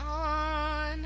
on